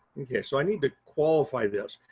okay, so i need to qualify this.